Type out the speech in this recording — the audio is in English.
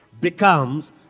Becomes